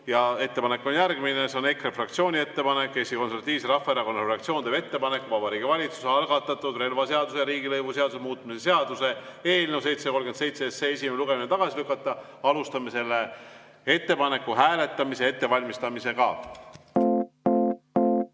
ja see on järgmine. See on EKRE fraktsiooni ettepanek. Eesti Konservatiivse Rahvaerakonna fraktsioon teeb ettepaneku Vabariigi Valitsuse algatatud relvaseaduse ja riigilõivuseaduse muutmise seaduse eelnõu 737 esimesel lugemisel tagasi lükata. Alustame selle ettepaneku hääletamise ettevalmistamist. Head